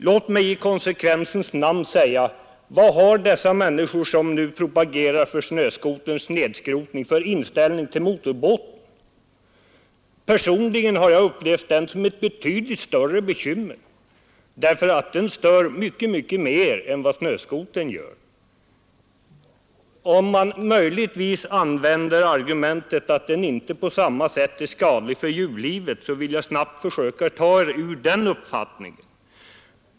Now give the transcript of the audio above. Låt mig i konsekvensens namn fråga: Vad har dessa människor, som nu propagerar för snöskoterns nedskrotning, för inställning till motorbåten? Personligen har jag upplevt den som ett betydligt större bekymmer, eftersom den stör mycket, mycket mer än vad snöskotern gör. Om de möjligtvis använder argumentet att den inte på samma sätt är skadlig för djurlivet, vill jag snabbt försöka ta dem ur den uppfattningen.